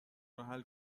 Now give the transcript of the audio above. روحل